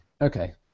Okay